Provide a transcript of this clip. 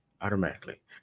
automatically